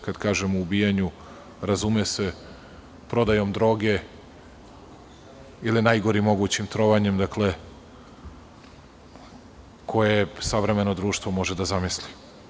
Kad kažem – ubijanju – razume se prodajom droge ili najgorim mogućim trovanjem koje savremeno društvo može da zamisli.